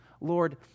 Lord